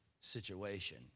situation